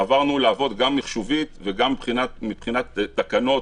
גם מחשובית וגם מבחינת תקנות,